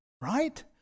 right